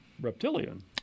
reptilian